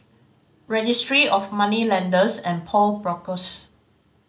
Registry of Moneylenders and Pawnbrokers